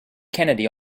kennedy